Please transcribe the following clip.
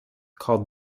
called